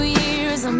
years